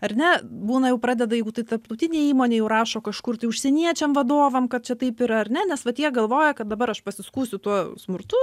ar ne būna jau pradeda jeigu tai tarptautinė įmonė jau rašo kažkur tai užsieniečiam vadovam kad čia taip yra ar ne nes vat jie galvoja kad dabar aš pasiskųsiu tuo smurtu